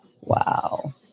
Wow